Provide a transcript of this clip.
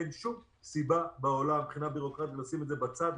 אין שום סיבה בעולם מבחינה בירוקרטית לשים את זה בצד.